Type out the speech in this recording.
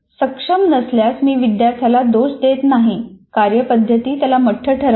सक्षम नसल्यास मी विद्यार्थ्याला दोष देत नाही कार्यपद्धती त्याला मठ्ठ ठरवते